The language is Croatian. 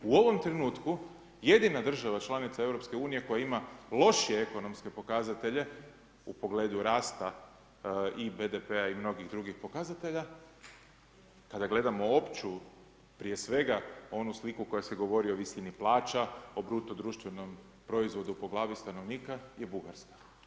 U ovom trenutku jedina država članica Europske unije koja ima lošije ekonomske pokazatelja u pogleda rasta i BDP-a i mnogih drugih pokazatelja, kada gledamo opću prije svega onu sliku koja se govori o visini plaća, o bruto društvenom proizvodu po glavi stanovnika je Bugarska.